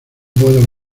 puedo